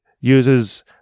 uses